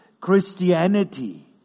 Christianity